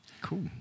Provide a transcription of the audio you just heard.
Cool